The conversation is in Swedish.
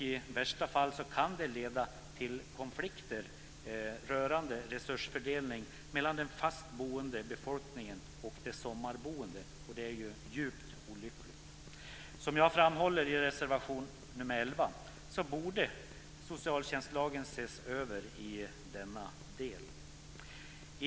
I värsta fall kan det leda till konflikter rörande resursfördelning mellan den fast boende befolkningen och de sommarboende vilket är djupt olyckligt. Som jag framhåller i reservation 11 borde socialtjänstlagen ses över i denna del.